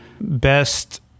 best